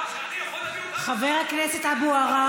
חבר הכנסת אבו עראר,